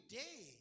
day